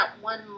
one